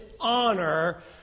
honor